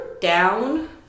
down